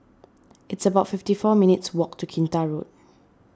it's about fifty four minutes' walk to Kinta Road